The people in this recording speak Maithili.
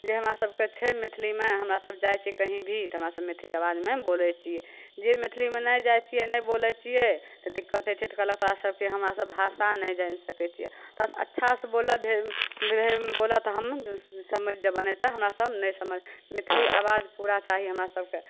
जे हमरा सभकेँ छै मैथिलीमे हमरासभ जाइ छिए कहीँ भी तऽ हमरासभ मैथिली आवाजमे बोलै छिए जे मैथिलीमे नहि जाइ छिए नहि बोलै छिए तऽ दिक्कत होइ छै तऽ कहलक तोहरा सभकेँ हमरासभ भाषा नहि जानि सकै छिए थोड़ासे अच्छासे बोलल भेल भेल बोलऽ तऽ हम समझि जएबऽ नहि तऽ हमरासभ नहि समझबऽ मैथिली आवाज पूरा चाही हमरा सभकेँ